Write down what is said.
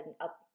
up